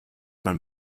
man